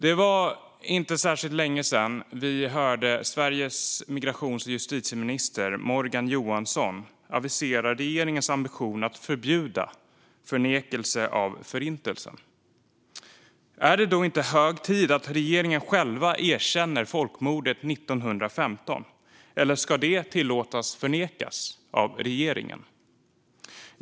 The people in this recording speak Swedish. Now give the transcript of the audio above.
Det var inte särskilt länge sedan som vi hörde Sveriges justitie och migrationsminister Morgan Johansson avisera regeringens ambition att förbjuda förnekelse av Förintelsen. Är det då inte hög tid att regeringen själv erkänner folkmordet 1915, eller ska det tillåtas att förnekas av regeringen?